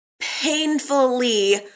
painfully